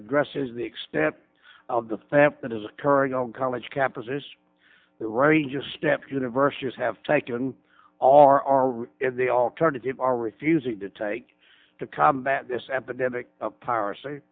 addresses the extent of the fact that is occurring on college campuses the range of steps universities have taken all are in the alternative all refusing to take to combat this epidemic of piracy